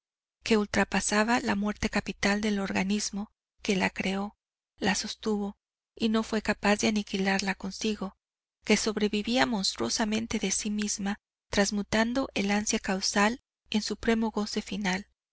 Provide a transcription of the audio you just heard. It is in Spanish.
deleite que ultrapasaba la muerte capital del organismo que la creó la sostuvo y no fué capaz de aniquilarla consigo que sobrevivía monstruosamente de sí misma transmutando el ansia causal en supremo goce final